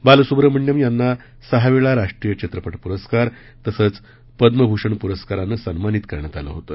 बालसुब्रह्मण्यम यांना सहा वेळा राष्ट्रीय चित्रपट पुरस्कार तसंच पद्मभूषण पुरस्कारानं सन्मानित करण्यात आलं होतं